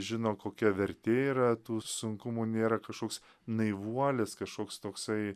žino kokia vertė yra tų sunkumų nėra kašoks naivuolis kašoks toksai